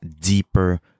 deeper